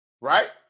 Right